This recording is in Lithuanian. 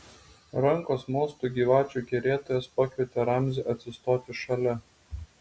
rankos mostu gyvačių kerėtojas pakvietė ramzį atsistoti šalia